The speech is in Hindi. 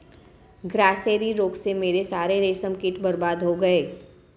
ग्रासेरी रोग से मेरे सारे रेशम कीट बर्बाद हो गए